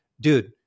dude